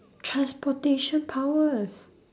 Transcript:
transportation powers